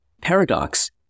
paradox